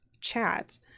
chat